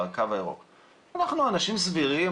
אנחנו אנשים סבירים,